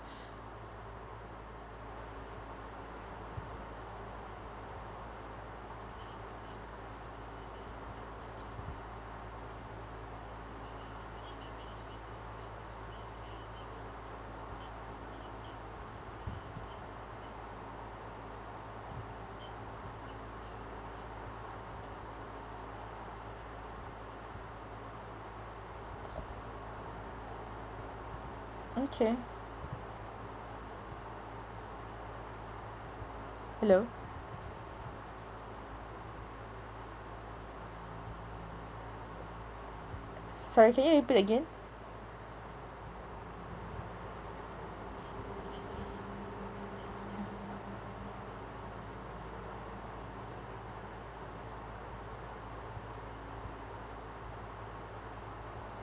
okay hello sorry can you repeat again